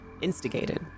instigated